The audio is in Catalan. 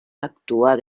actuar